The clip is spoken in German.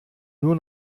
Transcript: nur